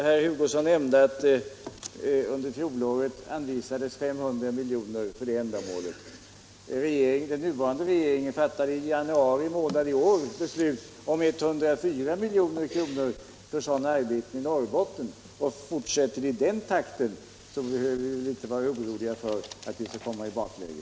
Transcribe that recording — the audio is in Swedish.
Herr Hugosson nämnde att det under fjolåret anvisats över 500 miljoner för det ändamålet. Den nuvarande regeringen fattade i januari månad i år beslut om 104 milj.kr. för sådana arbeten i Norrbotten. Fortsätter det i den takten behöver vi inte vara oroliga för att komma i bakläge.